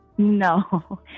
No